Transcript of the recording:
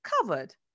covered